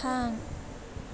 थां